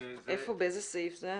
באיזה סעיף זה?